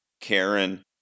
Karen